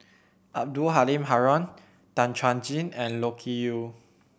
Abdul Halim Haron Tan Chuan Jin and Loke Yew